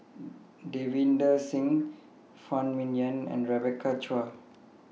Davinder Singh Phan Ming Yen and Rebecca Chua